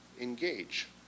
engage